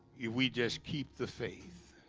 if we just keep the faith